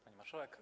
Pani Marszałek!